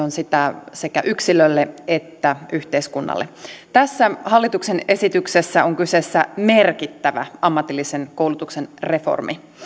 on sitä sekä yksilölle että yhteiskunnalle tässä hallituksen esityksessä on kyseessä merkittävä ammatillisen koulutuksen reformi